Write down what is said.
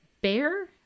bear